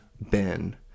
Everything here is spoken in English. ben